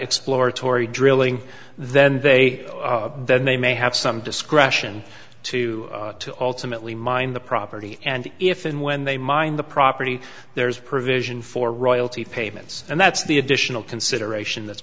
exploratory drilling then they then they may have some discretion to to ultimately mine the property and if and when they mine the property there is provision for royalty payments and that's the additional consideration that's